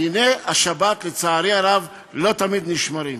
דיני השבת לצערי הרב לא תמיד נשמרים.